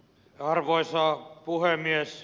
arvoisa puhemies